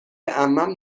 عمم